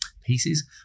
pieces